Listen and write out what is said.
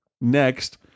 next